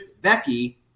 Becky